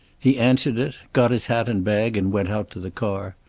he answered it, got his hat and bag and went out to the car.